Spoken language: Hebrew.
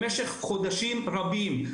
במשך חודשים רבים.